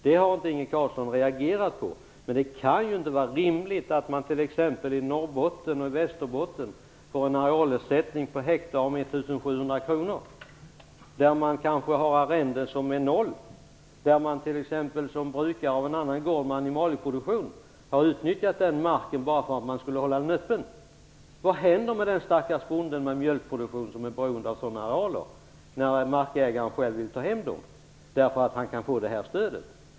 Det har inte Inge Carlsson reagerat på. Det kan ju inte vara rimligt att man t.ex. i Norrbotten och 1 700 kronor. Där har man kanske arrenden som är noll. Där har man kanske, som brukare av en annan gård med animalieproduktion, utnyttjat den marken bara för att hålla den öppen. Vad händer med den stackars bonden med mjölkproduktion som är beroende av sådana arealer när markägaren själv vill ta hem dem därför att han kan få det här stödet?